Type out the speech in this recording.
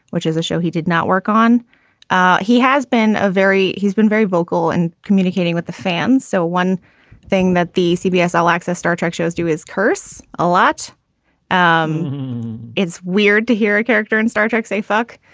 which is a show he did not work on ah he has been a very he's been very vocal in communicating with the fans. so one thing that the cbs all access star trek shows do is curse a lot um it's weird to hear a character in and star trek say, fuck,